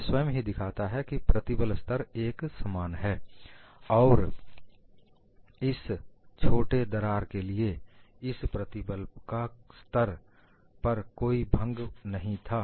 यह स्वयं ही दिखाता है कि प्रतिबल स्तर एक समान है और इस छोटे दरार के लिए इस प्रतिबल का स्तर पर कोई भंग नहीं था